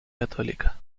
católica